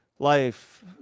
life